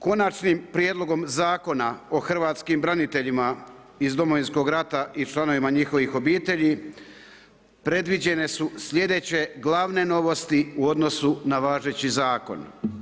Konačnim prijedlogom Zakona o hrvatskim braniteljima iz Domovinskog rata i članovima njihovih obitelji predviđene su sljedeće glavne novosti u odnosu na važeći zakon.